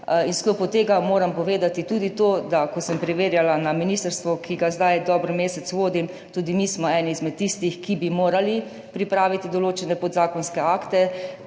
V sklopu tega moram povedati tudi to, ko sem preverjala na ministrstvu, ki ga zdaj dober mesec vodim, da smo tudi mi eni izmed tistih, ki bi morali pripraviti določene podzakonske akte.